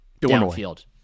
downfield